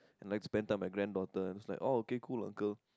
and like spend time with my granddaughter then I was like okay cool uncle